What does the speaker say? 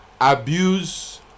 abuse